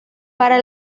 para